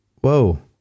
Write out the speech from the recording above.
Whoa